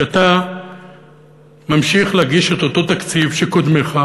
כי אתה ממשיך להגיש את אותו תקציב של קודמיך,